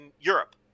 Europe